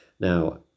Now